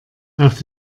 auf